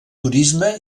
turisme